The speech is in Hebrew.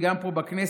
וגם פה בכנסת,